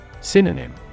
Synonym